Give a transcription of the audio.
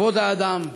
לכבוד האדם,